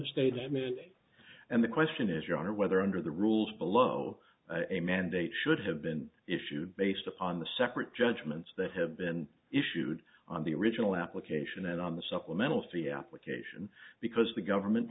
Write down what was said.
the statement and the question is your honor whether under the rules below a mandate should have been issued based upon the separate judgments that have been issued on the original application and on the supplemental fee application because the government